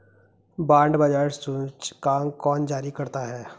Bond बाजार सूचकांक कौन जारी करता है?